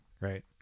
right